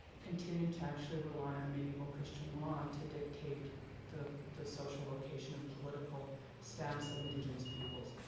continue to actually rely on midieval christian law to dictate the, the social location of political status of indigenous peoples.